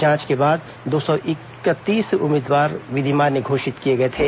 जांच के बाद दो सौ इकतीस उम्मीदवार विधिमान्य घोषित किए गए थे